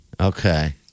Okay